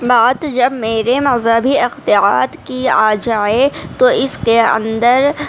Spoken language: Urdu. بات جب میرے مذہبی اختیارات کی آ جائے تو اس کے اندر